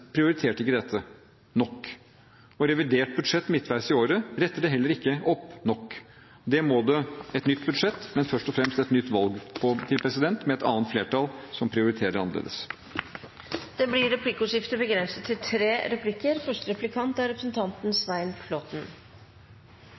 nok, og revidert budsjett midtveis i året retter det heller ikke opp nok. Det må det et nytt budsjett til, men først og fremst et nytt valg med et annet flertall som prioriterer annerledes. Det blir replikkordskifte. Representanten Gahr Støre kritiserer også oljepengebruken, slik Arbeiderpartiet har gjort tidligere her i dag. Faktum er